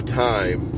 time